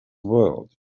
world